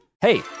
Hey